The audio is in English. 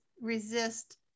resist